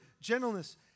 gentleness